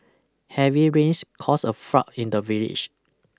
heavy rains caused a flood in the village